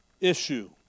issue